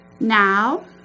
Now